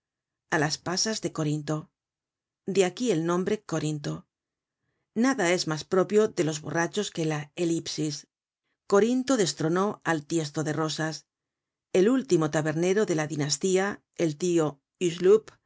a las pasas de corinto de aquí el nombre corinto nada es mas propio de los borrachos que la elipsis corinto destronó al tiesto de rosas el último tabernero de la dinastía el tio